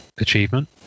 Achievement